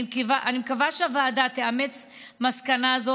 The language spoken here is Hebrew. אני מקווה שהוועדה תאמץ מסקנה זו,